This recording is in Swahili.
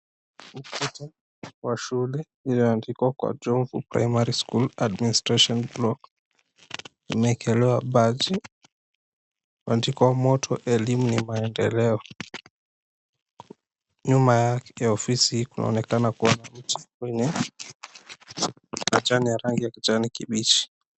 Ukuta wa shule ulioandikwa KWA JOMVU PRIMARY SCHOOL, ADMINISTRATION BLOCK, imeekelewa baji imeandikwa MOTTO, ELIMU NI MAENDELEO. Nyuma yake ni ofisi inaonekana kuwa miti yenye majani ya rangi ya kijani kibichi.